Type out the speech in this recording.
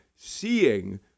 seeing